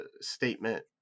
statement